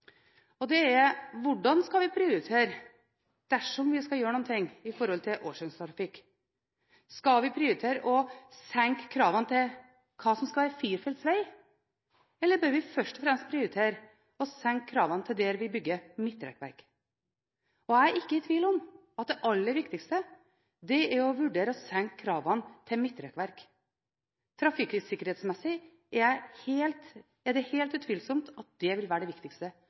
og det er hvordan vi skal prioritere dersom vi skal gjøre noe i forhold til årsdøgntrafikk. Skal vi prioritere å senke kravene til hva som skal være firefeltsveg, eller bør vi først og fremst prioritere å senke kravene der vi bygger midtrekkverk? Jeg er ikke i tvil om at det aller viktigste er å vurdere å senke kravene til midtrekkverk. Trafikksikkerhetsmessig vil det utvilsomt være det viktigste,